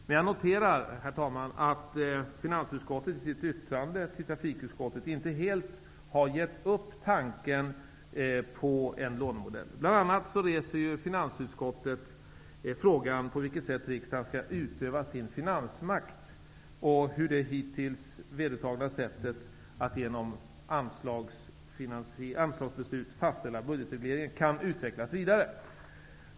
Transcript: Men jag noterar, herr talman, att finansutskottet i sitt yttrande till trafikutskottet inte helt har gett upp tanken på en lånemodell. Finansutskottet reser bl.a. frågan på vilket sätt riksdagen skall utöva sin finansmakt och hur det hittills vedertagna sättet att genom anslagsbeslut fastställa budgetregleringen kan utvecklas vidare.